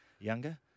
Younger